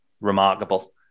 remarkable